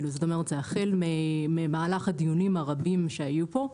החל ממהלך הדיונים הרבים שהיו פה,